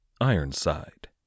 Ironside